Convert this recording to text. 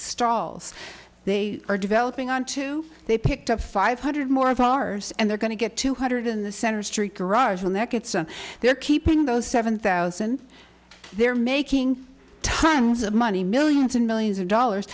stalls they are developing on two they picked up five hundred more of ours and they're going to get two hundred in the center street garage when that gets and they're keeping those seven thousand they're making tons of money millions and millions of dollars